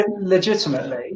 legitimately